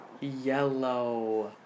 Yellow